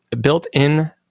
built-in